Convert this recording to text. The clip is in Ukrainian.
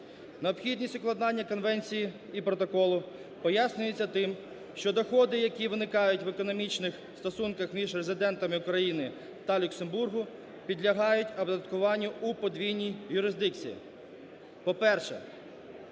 Необхідність укладання конвенції і протоколу пояснюється тим, що доходи, які виникають в економічних стосунках між резидентами України та Люксембургу, підлягають оподаткуванню у подвійній юрисдикції. По-перше,